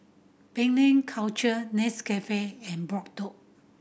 Penang Culture Nescafe and Bardot